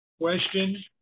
Question